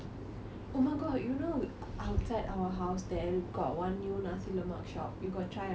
oh my god you know outside our house there got one new nasi lemak shop you got try or not